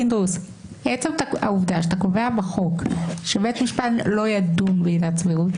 עצם העובדה שאתה קובע בחוק שבית משפט לא ידון בעילת סבירות